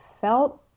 felt